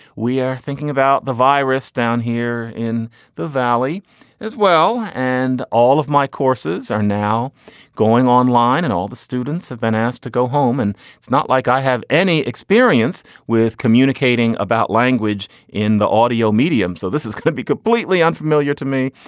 we are thinking about the virus down here in the valley as well. and all of my courses are now going online. and all the students have been asked to go home and it's not like i have any experience with communicating about language in the audio medium. so this is going to kind of be completely unfamiliar to me.